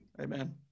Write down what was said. Amen